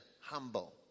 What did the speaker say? Humble